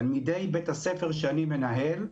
תלמידי בית-הספר שאני מנהל,